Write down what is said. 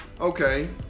Okay